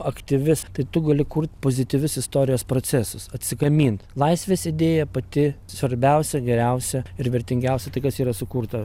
aktyvi tai tu gali kurt pozityvius istorijos procesus atsigamint laisvės idėja pati svarbiausia geriausia ir vertingiausia tai kas yra sukurta